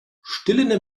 stillende